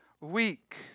weak